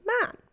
man